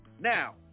now